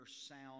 sound